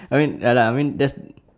I mean ya lah I mean that's